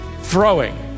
throwing